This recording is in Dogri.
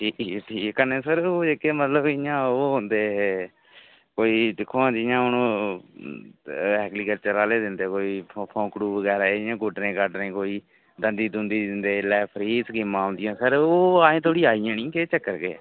ठीक ऐ फ्ही कन्नै सर ओह् इक मतलब इयां औंदे कोई दिक्खो हां जियां हुन एग्रीकल्चर आह्ले दिंदे होई खोंखड़ु बगैरा इयां कोई गुड्डने गड्डने गी दंदी दुंदी दिंदे एल्लै फ्री स्कीमां आंदियां सर ओह् अजें धोड़ी आइयां नी केह् चक्कर केह् ऐ